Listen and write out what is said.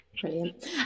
Brilliant